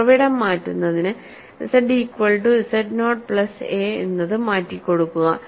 ഉറവിടം മാറ്റുന്നതിന് z equal to z naught plus a എന്ന് മാറ്റി കൊടുക്കുക